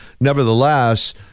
nevertheless